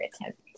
attempt